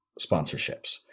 sponsorships